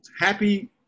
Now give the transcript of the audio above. happy